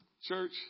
Church